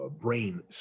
brain